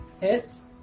Hits